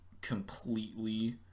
completely